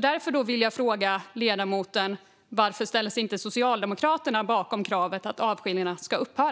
Därför vill jag fråga ledamoten: Varför ställer sig Socialdemokraterna inte bakom kravet att avskiljningarna ska upphöra?